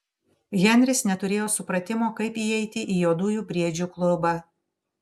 henris neturėjo supratimo kaip įeiti į juodųjų briedžių klubą